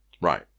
Right